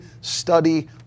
study